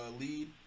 lead